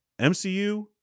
mcu